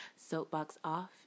soapboxoff